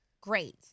great